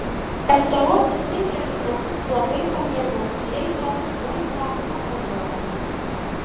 pastaruosius penkerius metus labai pamėgau fleitą smuiką akordeoną